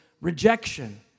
rejection